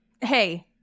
Hey